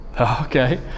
Okay